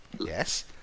Yes